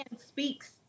speaks